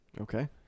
Okay